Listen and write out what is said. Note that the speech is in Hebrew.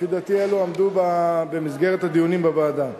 לפי דעתי אלה עמדו במסגרת הדיונים בוועדה.